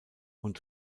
und